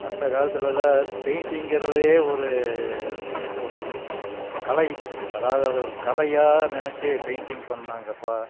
அந்த காலத்திலல்லாம் பெயிண்டிங்குறதே ஒரு ஒரு கலை அதாவது அது ஒரு கலையாக நினச்சி பெயிண்டிங் பண்ணாங்கப்பா